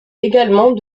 également